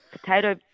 potato –